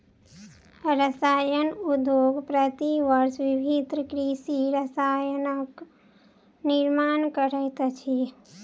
रसायन उद्योग प्रति वर्ष विभिन्न कृषि रसायनक निर्माण करैत अछि